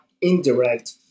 indirect